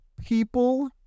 people